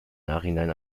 nachhinein